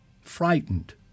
frightened